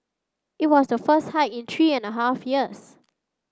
it was the first hike in three and a half years